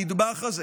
הנדבך הזה